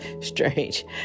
Strange